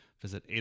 visit